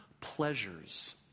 pleasures